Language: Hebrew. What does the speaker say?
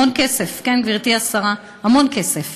המון כסף, כן, גברתי השרה, המון כסף,